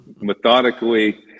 methodically